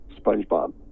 SpongeBob